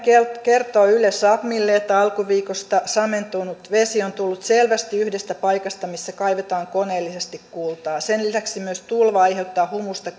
kertoo yle sapmille että alkuviikolla samentunut vesi on tullut selvästi yhdestä paikasta missä kaivetaan koneellisesti kultaa sen lisäksi myös tulva aiheuttaa humusta